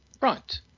Right